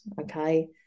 okay